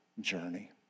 journey